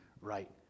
right